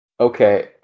Okay